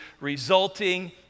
resulting